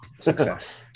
Success